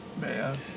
Man